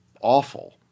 awful